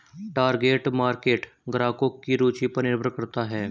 target market ग्राहकों की रूचि पर निर्भर करता है